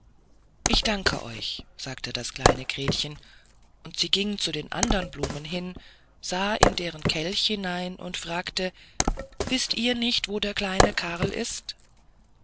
ich danke euch sagte das kleine gretchen und sie ging zu den andern blumen hin sah in deren kelch hinein und fragte wißt ihr nicht wo der kleine karl ist